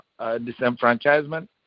disenfranchisement